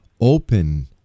open